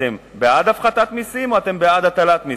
אתם בעד הפחתת מסים או אתם בעד הטלת מסים?